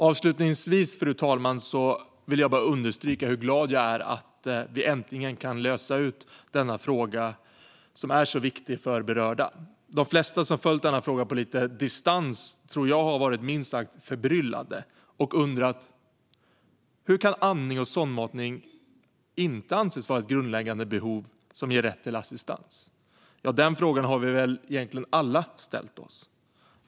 Avslutningsvis, fru talman, vill jag bara understryka hur glad jag är att vi äntligen kan lösa denna fråga, som är så viktig för berörda. De flesta som har följt frågan lite på distans tror jag har varit minst sagt förbryllade och undrat hur andning och sondmatning inte kan anses vara ett grundläggande behov som ger rätt till assistans. Ja, den frågan har vi väl alla egentligen ställt oss.